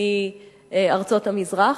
מארצות המזרח,